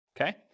Okay